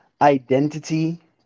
identity